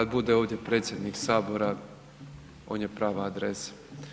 Kad bude ovdje predsjednik Sabora on je prava adresa.